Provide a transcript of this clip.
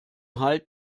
halt